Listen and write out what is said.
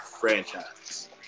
franchise